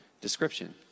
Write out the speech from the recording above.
description